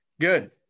good